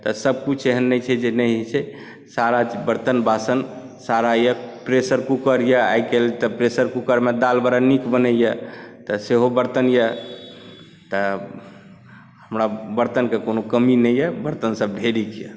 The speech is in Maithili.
तऽ सभकिछु एहन नहि छै जे नहि होइत छै सारा बरतन बासन सारा यए प्रेशर कूकर यए आइ काल्हि तऽ प्रेशर कूकरमे तऽ दालि बड़ा नीक बनैए तऽ सेहो बरतन यए तऽ हमरा बरतनके कोनो कमी नहि यए बरतनसब ढेरिक यए